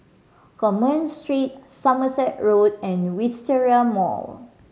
Commerce Street Somerset Road and Wisteria Mall